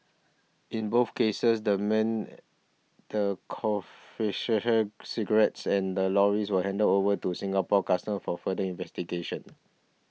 in both cases the men the cigarettes and the lorries were handed over to Singapore Customs for further investigations